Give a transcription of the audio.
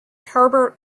herbert